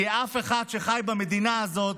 כי אף אחד שחי במדינה הזאת,